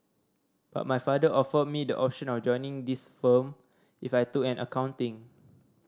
but my father offered me the option of joining this firm if I took on accounting